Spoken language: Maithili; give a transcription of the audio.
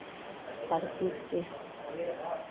हरचीजके